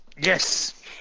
Yes